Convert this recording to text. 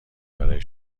برای